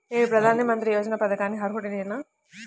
నేను ప్రధాని మంత్రి యోజన పథకానికి అర్హుడ నేన?